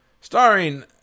Starring